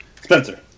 Spencer